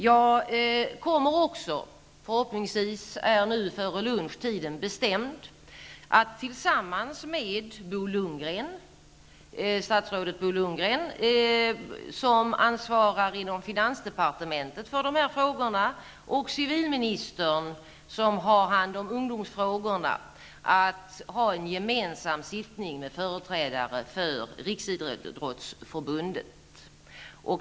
Jag kommer också -- förhoppningsvis är tiden bestämd före lunch -- att tillsammans med statsrådet Bo Lundgren, som ansvarar inom finansdepartementet för dessa frågor, och civilministern, som har hand om ungdomsfrågorna, ha en gemensam sittning med företrädare för Riksidrottsförbundet.